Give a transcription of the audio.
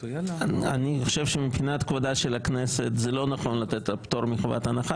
אני חושב שמבחינת כבודה של הכנסת זה לא נכון לתת את הפטור מחובת הנחה,